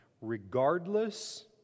regardless